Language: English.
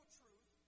truth